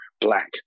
black